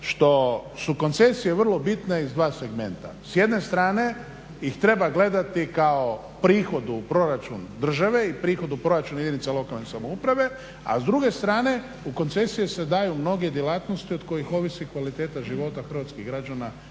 što su koncesije vrlo bitne iz dva segmenta. S jedne strane ih treba gledati kao prihod u proračun države i prihod u proračun jedinica lokalne samouprave, a s druge strane u koncesije se daju mnoge djelatnosti od kojih ovisi kvaliteta života hrvatskih građana